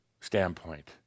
standpoint